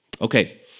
Okay